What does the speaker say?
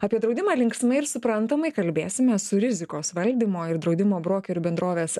apie draudimą linksmai ir suprantamai kalbėsime su rizikos valdymo ir draudimo brokerių bendrovės